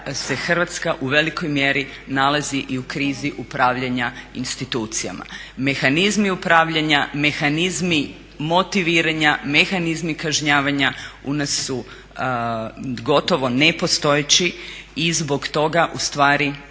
Hrvatska u velikoj mjeri nalazi i u krizi upravljanja institucijama. Mehanizmi upravljanja, mehanizmi motiviranja, mehanizmi kažnjavanja u nas su gotovo nepostojeći i zbog toga u stvari imamo